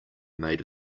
made